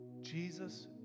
Jesus